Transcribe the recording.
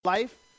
life